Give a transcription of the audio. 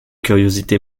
curiosité